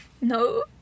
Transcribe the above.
No